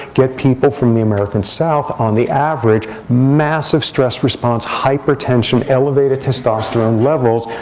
get people from the american south, on the average massive stress response, hypertension, elevated testosterone levels,